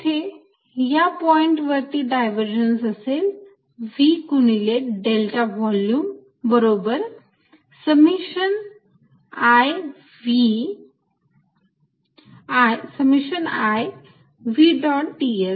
येथे या पॉईंट वरती डायव्हर्जन्स असेल v गुणिले डेल्टा व्हॉल्युम बरोबर summation i v dot ds